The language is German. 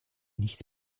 nichts